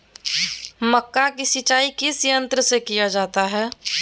मक्का की सिंचाई किस यंत्र से किया जाता है?